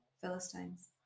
Philistines